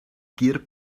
gur